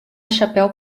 chapéu